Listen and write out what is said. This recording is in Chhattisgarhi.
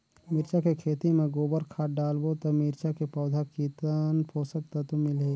मिरचा के खेती मां गोबर खाद डालबो ता मिरचा के पौधा कितन पोषक तत्व मिलही?